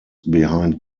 behind